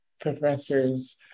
professors